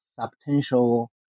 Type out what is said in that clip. substantial